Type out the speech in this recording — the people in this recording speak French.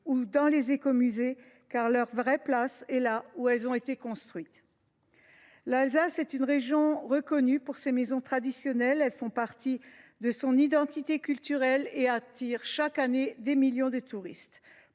ou dans des écomusées, car leur vraie place est là où elles ont été construites. L’Alsace est une région reconnue pour ses maisons traditionnelles, qui font partie de son identité culturelle et attirent, chaque année, des millions de touristes.